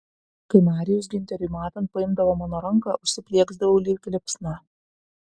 kai marijus giunteriui matant paimdavo mano ranką užsiplieksdavau lyg liepsna